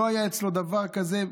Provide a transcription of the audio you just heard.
לא היה אצלו דבר כזה.